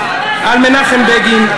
על מנחם בגין.